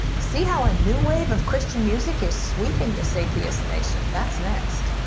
see how a new wave of christian music is sweeping this atheist nation. that's next.